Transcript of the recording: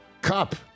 Cup